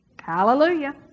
hallelujah